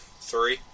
three